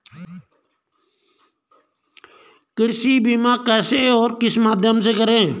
कृषि बीमा कैसे और किस माध्यम से करें?